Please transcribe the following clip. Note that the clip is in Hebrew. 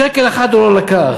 שקל אחד הוא לא לקח.